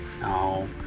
No